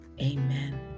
Amen